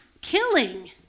killing